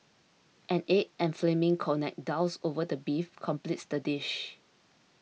an egg and flaming cognac doused over the beef completes the dish